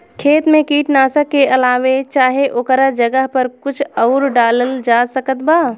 खेत मे कीटनाशक के अलावे चाहे ओकरा जगह पर कुछ आउर डालल जा सकत बा?